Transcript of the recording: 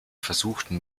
versuchten